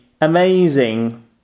amazing